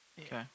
Okay